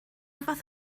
fath